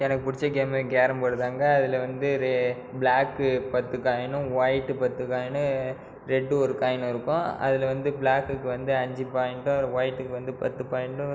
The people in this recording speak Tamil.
எனக்கு பிடிச்ச கேமு கேரம்போர்டுதாங்க அதில் வந்து பிளாக் பத்து காயினும் ஒய்ட் பத்து காயினும் ரெட் ஒரு காயினும் இருக்கும் அதில் வந்து பிளாக்குக்கு வந்து அஞ்சு பாயிண்ட்டும் ஒய்ட்க்கு வந்து பத்து பாயிண்ட்டும்